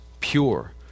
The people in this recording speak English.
pure